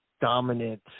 dominant